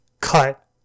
cut